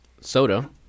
soda